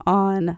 on